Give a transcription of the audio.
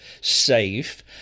safe